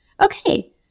okay